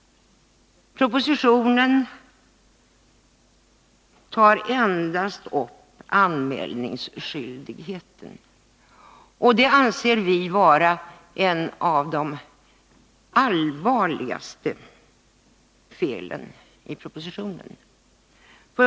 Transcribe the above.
Propositionen tar endast upp anmälningsskyldigheten. Detta anser vi vara ett av de allvarligaste felen i propositionen.